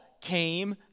came